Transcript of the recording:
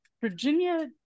Virginia